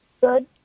Good